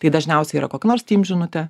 tai dažniausiai yra kokia nors žinutė